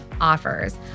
offers